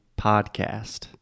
podcast